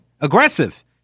aggressive